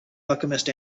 alchemist